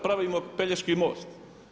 Pravimo Pelješki most.